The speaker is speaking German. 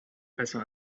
besser